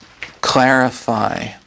clarify